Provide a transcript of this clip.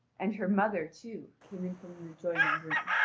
and her mother, too, came in from an adjoining room,